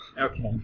Okay